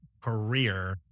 career